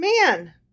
man